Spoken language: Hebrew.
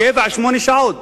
שבע עד שמונה שעות,